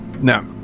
No